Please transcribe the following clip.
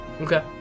Okay